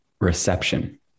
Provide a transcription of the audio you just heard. Reception